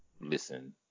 listen